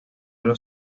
los